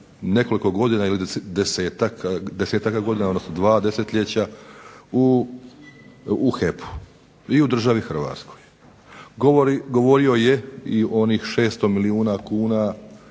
nekoliko godina ili desetaka godina, odnosno dva desetljeća u HEP-u i u državi Hrvatskoj. Govorio je i o onih 600 milijuna kuna